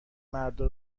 مردا